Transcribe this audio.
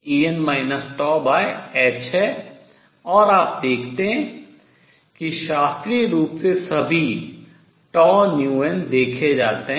और आप देखते हैं कि शास्त्रीय रूप से सभी देखे जाते हैं